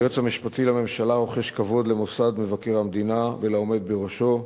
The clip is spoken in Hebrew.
היועץ המשפטי לממשלה רוחש כבוד למוסד מבקר המדינה ולעומד בראשו,